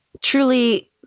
Truly